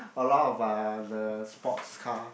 a lot of uh the sports car